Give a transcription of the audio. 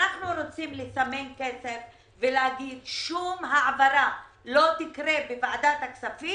אנחנו רוצים לסמן כסף ולהגיד שום העברה לא תקרה בוועדת הכספים